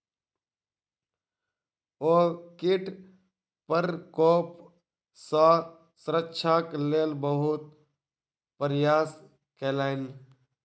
ओ कीट प्रकोप सॅ सुरक्षाक लेल बहुत प्रयास केलैन